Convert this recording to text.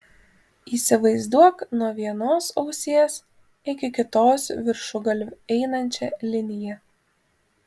įsivaizduok nuo vienos ausies iki kitos viršugalviu einančią liniją